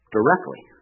Directly